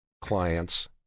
clients